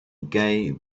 gay